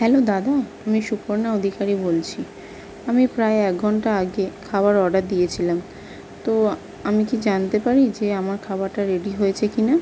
hello দাদা আমি সুপর্ণা অধিকারী বলছি আমি প্রায় এক ঘন্টা আগে খাওয়ার অর্ডার দিয়েছিলাম তো আমি কি জানতে পারি যে আমার খাবারটা রেডি হয়েছে কিনা